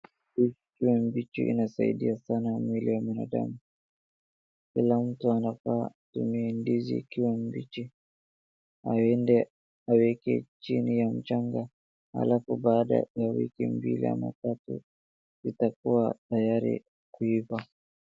Ndizi mbichi inasaidia sana mwili wa mwanadamu, kila mtu anafaa atumie ndizi ikiwa mbichi aende aeke chini ya mchanga halafu baadae ya wiki mbili au tatu itakuwa tayari kuiva.